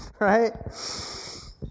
right